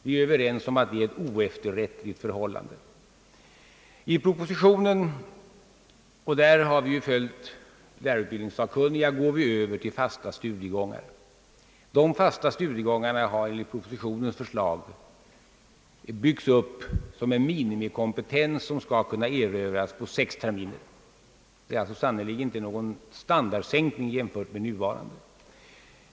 Vi är överens om att det är ett oefterrättligt förhållande. I propositionen — och där har vi följt lärarutbildningssakkunniga — går vi över till fasta studiegångar, vilka enligt propositionens förslag byggs upp såsom en minimikompetens, som skall kunna erövras på sex terminer. Det är sannerligen inte någon standardsänkning jämfört med nuvarande förhållanden.